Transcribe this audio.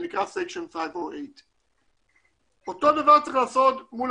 זה נקרא section 508 אותו דבר צריך לעשות מול